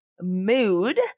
mood